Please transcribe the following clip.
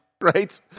Right